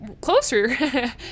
closer